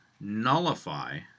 nullify